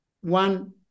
one